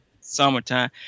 summertime